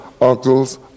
uncles